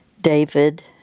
David